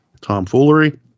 tomfoolery